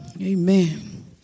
Amen